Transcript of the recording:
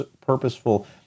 purposeful